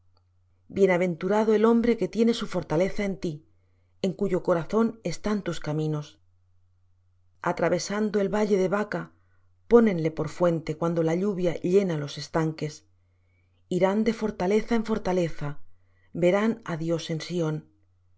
bienaventurado el hombre que tiene su fortaleza en ti en cuyo corazón están tus caminos atravesando el valle de baca pónenle por fuente cuando la lluvia llena los estanques irán de fortaleza en fortaleza verán á dios